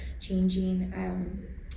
changing